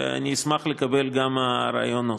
ואני אשמח לקבל גם רעיונות.